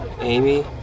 Amy